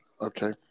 okay